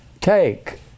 take